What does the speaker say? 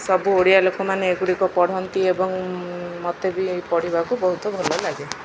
ସବୁ ଓଡ଼ିଆ ଲୋକମାନେ ଏଗୁଡ଼ିକ ପଢ଼ନ୍ତି ଏବଂ ମୋତେ ବି ଏଇ ପଢ଼ିବାକୁ ବହୁତ ଭଲ ଲାଗେ